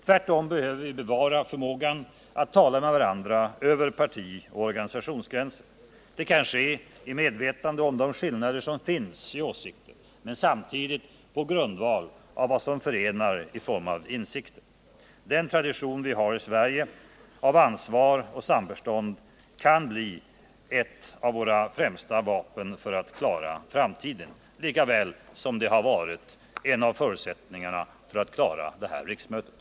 Tvärtom behöver vi bevara förmågan att tala med varandra över partioch organisationsgränserna. Det kan ske i medvetande om de skillnader som finns när det gäller åsikter, men samtidigt på grundval av vad som förenar i form av insikter. Den tradition vi har i Sverige av ansvar och samförstånd kan bli ett av våra främsta vapen när det gäller att klara framtiden, lika väl som det varit en av förutsättningarna för att klara det här riksmötet.